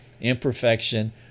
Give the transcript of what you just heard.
imperfection